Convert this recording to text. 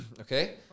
Okay